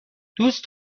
دوست